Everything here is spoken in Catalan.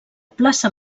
plaça